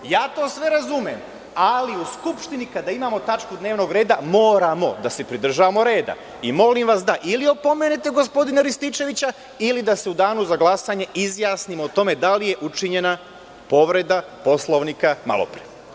Ja to sve razumem, ali u Skupštini kada imamo tačku dnevnog reda moramo da se pridržavamo reda i molim vas da ili opomenete gospodina Rističevića ili da se u Danu za glasanje izjasnimo o tome da li je učinjena povreda Poslovnika malopre.